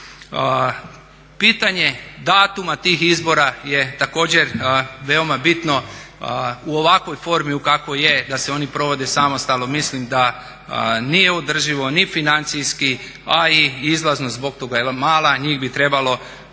Pitanje datuma tih izbora je također veoma bitno, u ovakvoj formi u kakvoj je da se oni provode samostalno, mislim da nije održivo ni financijski, a i izlaznost zbog toga je mala. Njih bi trebalo